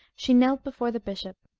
she knelt before the bishop.